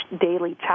daily